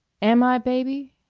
am i a baby?